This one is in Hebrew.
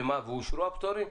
ומה, ואושרו הפטורים?